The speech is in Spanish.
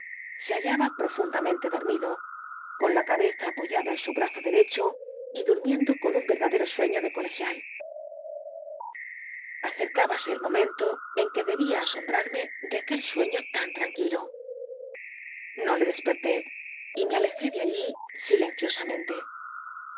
se bailaba profundamente dormido con la cabeza apoyada en su brazo deremiemlo con un y erdadero sueño de colecho y du gial acercábase el momento en que debia asombrarme do aquel sueño t an tranquilo no le desperté y me ale ié de allí silenciosamente